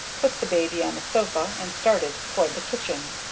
put the baby on the sofa, and started toward the kitchen.